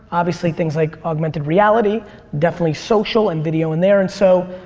obviously things like augmented reality definitely social and video in there. and so